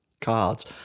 cards